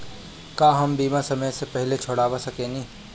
का हम बीमा समय से पहले छोड़वा सकेनी?